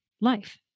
life